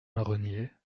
marronniers